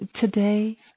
Today